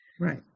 Right